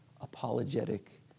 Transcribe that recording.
apologetic